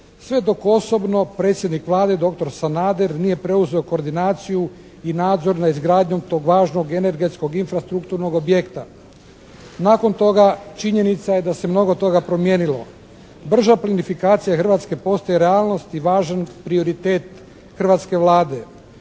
sve dok osobno predsjednik Vlade doktor Sanader nije preuzeo koordinaciju i nadzor nad izgradnjom tog važnog energetskog infrastrukturnog objekta. Nakon toga činjenica je da se mnogo toga promijenilo. Brža plinifikacija Hrvatske postaje realnost i važan prioritet hrvatske Vlade.